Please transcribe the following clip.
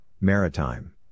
Maritime